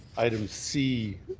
item c,